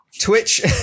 Twitch